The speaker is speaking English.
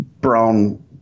brown